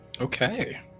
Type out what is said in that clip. Okay